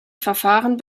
verfahren